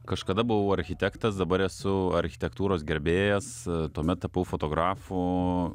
kažkada buvau architektas dabar esu architektūros gerbėjas tuomet tapau fotografu